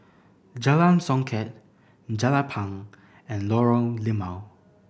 Jalan Songket Jelapang and Lorong Limau